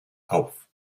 auf